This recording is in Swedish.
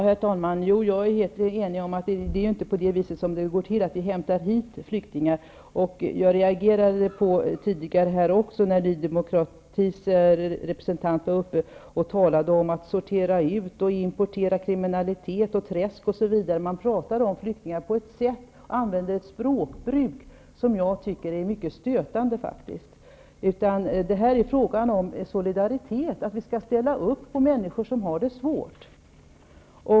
Herr talman! Jag håller helt med om att vi inte hämtar hit flyktingar. Jag reagerade tidigare när Ny demokratis representant talade om att sortera ut flyktingar, importera kriminalitet osv. Man använde ett språk om flyktingar som jag tyckte var mycket stötande. Här är det fråga om solidaritet, att vi skall ställa upp för människor som har det svårt.